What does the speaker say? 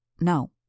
No